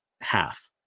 half